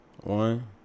One